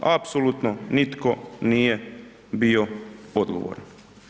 Apsolutno nitko nije bio odgovoran.